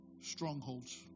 strongholds